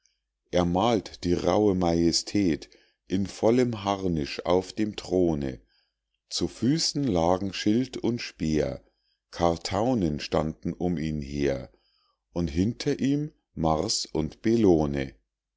er malt die rauhe majestät in vollem harnisch auf dem throne zu füßen lagen schild und speer karthaunen standen um ihn her und hinter ihm mars und bellone